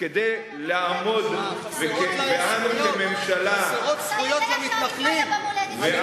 חסרות זכויות למתנחלים?